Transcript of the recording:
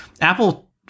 apple